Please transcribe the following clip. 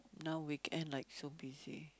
now weekend like so busy